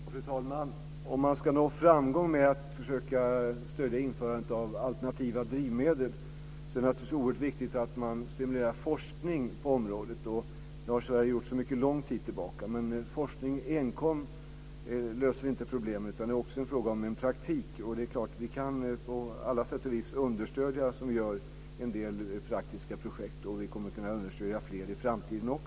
Fru talman! Om man ska nå framgång med att försöka stödja införandet av alternativa drivmedel är det naturligtvis oerhört viktigt att man stimulerar forskning på området. Det har Sverige gjort sedan mycket lång tid tillbaka. Men forskning enkom löser inte problem. Det är också fråga om en praktik. Vi kan på alla sätt och vis understödja - som vi gör - en del praktiska projekt, och vi kommer också att kunna understödja fler i framtiden.